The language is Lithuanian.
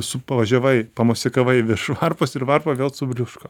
su pavažiavai pamosikavai virš varpos ir varpa vėl subliūško